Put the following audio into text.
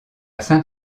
saint